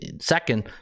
second